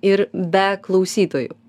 ir be klausytojų